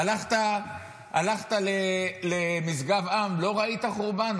הלכת לנובה, לא ראית חורבן?